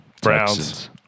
Browns